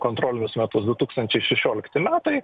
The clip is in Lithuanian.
kontrolinius metusdu tūkstančiai šešiolikti metai